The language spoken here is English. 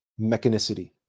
mechanicity